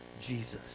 Jesus